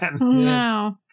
No